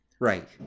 Right